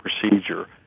procedure